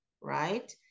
Right